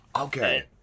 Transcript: Okay